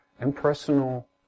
impersonal